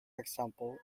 example